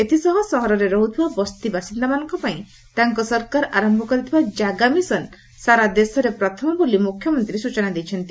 ଏଥିସହ ସହରରେ ରହୁଥିବା ବସ୍ତିବାସିନ୍ଦାମାନଙ୍କ ପାଇଁ ତାଙ୍କ ସରକାର ଆରୟ କରିଥିବା କାଗା ମିଶନ ସାରା ଦେଶରେ ପ୍ରଥମ ବୋଲି ମୁଖ୍ୟମନ୍ତୀ ସୂଚନା ଦେଇଛନ୍ତି